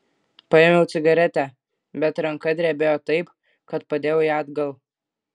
paėmiau cigaretę bet ranka drebėjo taip kad padėjau ją atgal